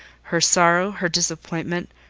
her sorrow, her disappointment,